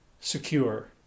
secure